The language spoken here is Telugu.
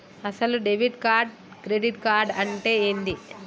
అసలు డెబిట్ కార్డు క్రెడిట్ కార్డు అంటే ఏంది?